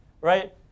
right